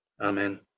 Amen